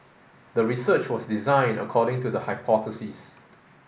the research was designed according to the hypothesis